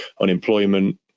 unemployment